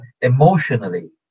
emotionally